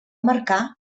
marcar